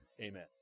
Amen